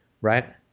right